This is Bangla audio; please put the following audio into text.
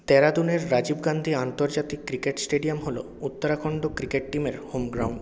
দেরাদুনের রাজীব গান্ধী আন্তর্জাতিক ক্রিকেট স্টেডিয়াম হলো উত্তরাখণ্ড ক্রিকেট টিমের হোম গ্রাউন্ড